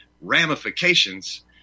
ramifications